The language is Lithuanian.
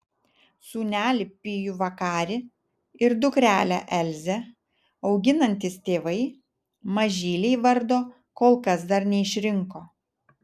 sūnelį pijų vakarį ir dukrelę elzę auginantys tėvai mažylei vardo kol kas dar neišrinko